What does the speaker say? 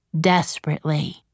desperately